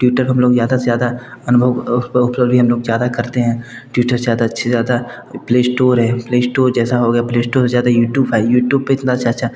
Twitter पर हम लोग ज़्यादा से ज़्यादा अनुभव अपलोड भी हम लोग ज़्यादा करते हैं ट्विटर से ज़्यादा अच्छे से ज़्यादा प्लेस्टोर है प्लेस्टोर जैसा हो गया प्लेस्टोर से ज़्यादा यूट्यूब है यूट्यूब पर इतना अच्छा अच्छा